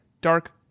Dark